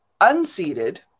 unseated